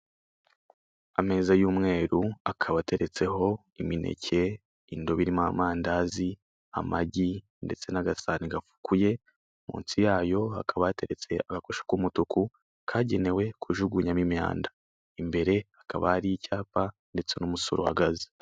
Ameza y'umweru akaba ateretseho imineke, indobo irimo amandazi, amagi ndetse n'agasahani gafukuye. Munsi yayo hakaba hateretse agakoresho k'umutuku kagenewe kujugunyamo imyanda, imbere hakaba hari icyapa ndetse n'umusore uhagaze.